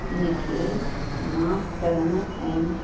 इन खे माफ़ करण ऐं